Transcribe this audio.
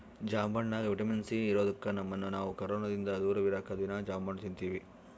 ಜಾಂಬಣ್ಣಗ vitamin C ಇರದೊಕ್ಕ ನಮ್ಮನ್ನು ನಾವು ಕೊರೊನದಿಂದ ದೂರವಿರಕ ದೀನಾ ಜಾಂಬಣ್ಣು ತಿನ್ತಿವಿ